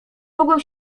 mogłem